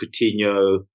Coutinho